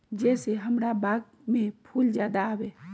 जे से हमार बाग में फुल ज्यादा आवे?